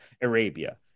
Arabia